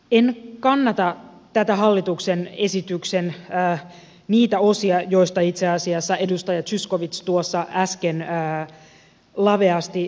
en kannata tämän hallituksen esityksen niitä osia joista itse asiassa edustaja zyskowicz tuossa äsken laveasti puhui